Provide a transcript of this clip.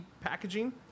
packaging